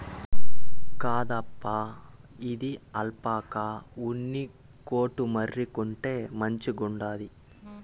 కాదప్పా, ఇది ఆల్పాకా ఉన్ని కోటు మరి, కొంటే మంచిగుండాది